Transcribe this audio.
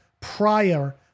prior